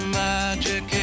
magic